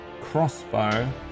crossbow